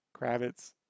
Kravitz